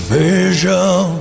vision